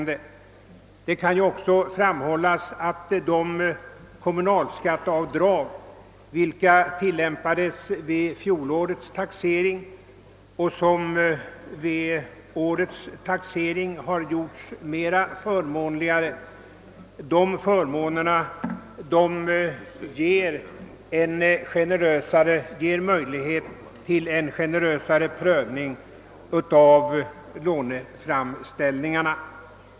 Det kan också framhållas att de kommunalskatteavdrag, vilka tillämpades vid fjolårets taxering och som vid årets taxering gjordes förmånligare, ger möjlighet till en generösare prövning av låneframställningarna.